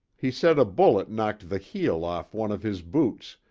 he said a bullet knocked the heel off one of his boots,